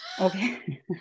Okay